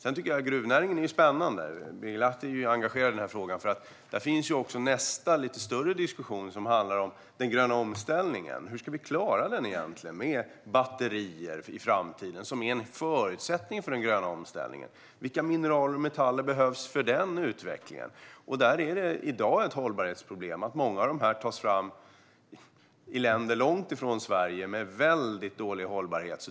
Jag tycker att gruvnäringen är spännande - Birger Lahti är ju engagerad i frågan - för där har vi nästa lite större diskussion som handlar om den gröna omställningen. Hur ska vi egentligen klara av den? Exempelvis är batterier en förutsättning för den gröna omställningen. Vilka mineraler och metaller behövs för utvecklingen av dem? I dag finns ett hållbarhetsproblem. Många av mineralerna och metallerna tas fram i länder långt ifrån Sverige där hållbarheten är väldigt dålig.